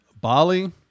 Bali